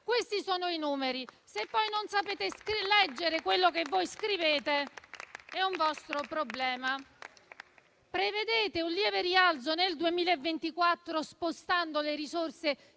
questi sono i numeri; se poi non sapete leggere quello che scrivete, è un vostro problema. Prevedete un lieve rialzo nel 2024, spostando le risorse